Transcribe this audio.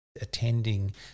attending